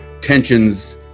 tensions